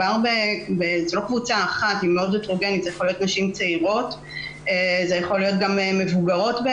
אלה יכולות להיות נשים צעירות או מבוגרות,